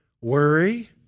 worry